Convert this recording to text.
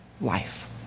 Life